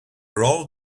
rolled